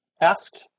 asked